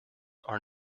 are